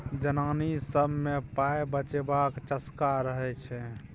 जनानी सब मे पाइ बचेबाक चस्का रहय छै